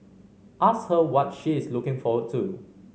ask her what she is looking forward to